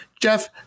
jeff